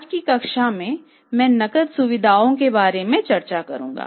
आज की कक्षा में मैं नकद सुविधाओं के बारे में चर्चा करूंगा